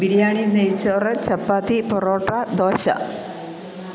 ബിരിയാണി നെയ്ച്ചോറ് ചപ്പാത്തി പൊറോട്ട ദോശ